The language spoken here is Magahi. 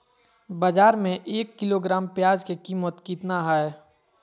बाजार में एक किलोग्राम प्याज के कीमत कितना हाय?